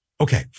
Okay